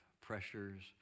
pressures